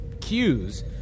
cues